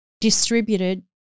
distributed